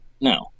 No